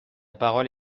parole